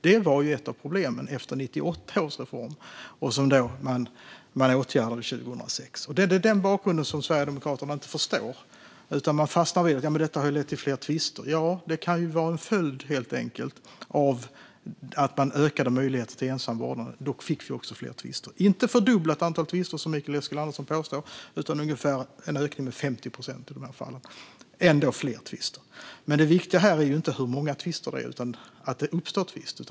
Det var ett av problemen efter 1998 års reform, som man åtgärdade 2006. Det är den bakgrunden som Sverigedemokraterna inte förstår, utan man fastnar vid att detta har lett till fler tvister. Ja, det kan ju vara en följd av att man ökade möjligheterna till ensam vårdnad. Då fick vi också fler tvister - inte ett fördubblat antal tvister, som Mikael Eskilandersson påstår, utan en ökning med ungefär 50 procent i de här fallen. Det är ändå fler tvister, men det viktiga här är inte hur många tvister det är eller att tvister uppstår.